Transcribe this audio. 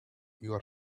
your